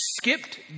skipped